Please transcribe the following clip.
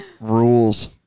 rules